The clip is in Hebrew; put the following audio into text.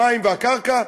המים והקרקע,